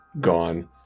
gone